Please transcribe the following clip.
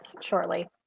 shortly